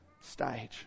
stage